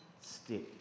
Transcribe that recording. stick